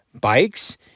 bikes